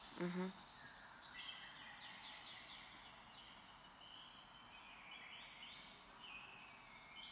mmhmm